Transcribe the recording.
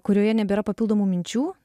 kurioje nebėra papildomų minčių